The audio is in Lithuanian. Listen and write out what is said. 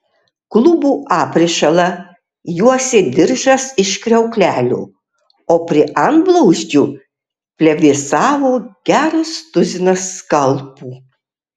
klubų aprišalą juosė diržas iš kriauklelių o prie antblauzdžių plevėsavo geras tuzinas skalpų